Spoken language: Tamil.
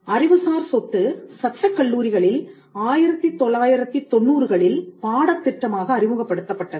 அறிவுசார் சொத்து சட்டக்கல்லூரிகளில் 1990களில் பாடத் திட்டமாக அறிமுகப்படுத்தப்பட்டது